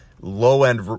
low-end